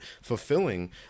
fulfilling